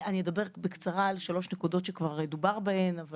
אדבר בקצרה על שלוש נקודות שדובר בהן אך